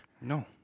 No